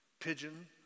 pigeon